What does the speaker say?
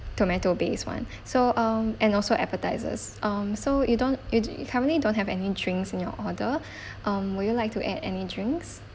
tomato base [one] so um and also appetisers um so you don't you do you currently don't have any drinks in your order um would you like to add any drinks